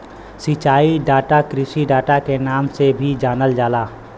सिंचाई डाटा कृषि डाटा के नाम से भी जानल जाला